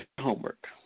Homework